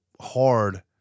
hard